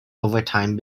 overtime